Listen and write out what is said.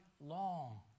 long